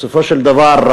בסופו של דבר,